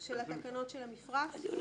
של התקנות של המפרט הבטיחותי.